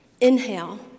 Inhale